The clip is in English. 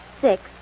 Six